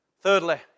Thirdly